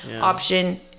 option